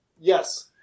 Yes